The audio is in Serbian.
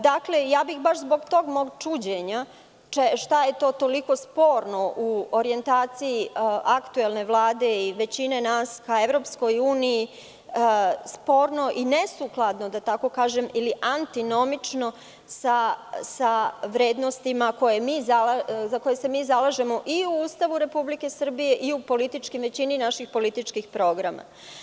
Dakle, ja bih baš zbog tog mog čuđenja, šta je to toliko sporno i nesukladno u orijentaciji aktuelne Vlade i većine nas ka EU, da tako kažem, ili antinomično sa vrednostima za koje se mi zalažemo i u Ustavu Republike Srbije i u političkim većini naših političkih programa.